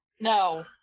no